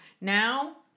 Now